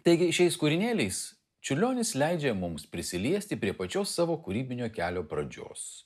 taigi šiais kūrinėliais čiurlionis leidžia mums prisiliesti prie pačios savo kūrybinio kelio pradžios